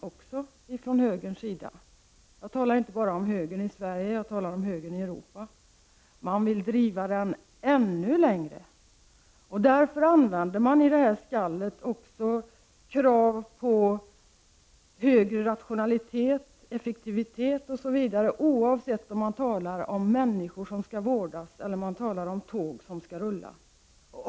Jag talar då inte bara om högern i Sverige utan om högern i Europa, som vill driva affärsmässigheten ännu längre. I detta skall ingår också krav på högre rationalitet, effektivitet osv. , oavsett om det är människor som skall vårdas eller tåg som skall rulla.